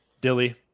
Dilly